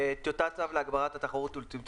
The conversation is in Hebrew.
טיוטת צו להגברת התחרות וצמצום